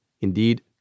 Indeed